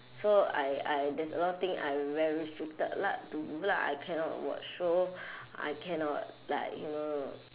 so I I there's a lot of thing I very restricted lah to lah I cannot watch show I cannot like you know